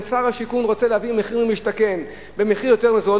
שר השיכון רוצה להביא מחיר למשתכן במחיר יותר זול,